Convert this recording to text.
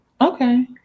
Okay